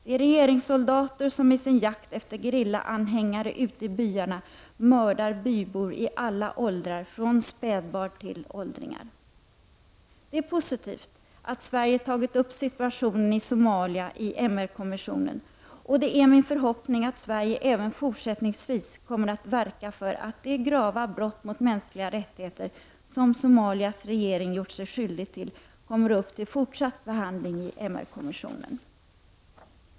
Det är regeringssoldater som i sin jakt efter gerillaanhängare ute i byarna mördar bybor i alla åldrar från spädbarn till åldringar. Det är positivt att Sverige tagit upp situationen i Somalia i MR-kommissionen, och det är min förhoppning att Sverige även fortsättningsvis kommer att verka för att de grava brott mot mänskliga rättigheter som Somalias regering gjort sig skyldig till kommer upp till fortsatt behandling i MR-kommissionen.